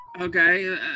Okay